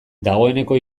dagoeneko